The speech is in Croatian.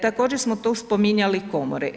Također smo tu spominjali komore.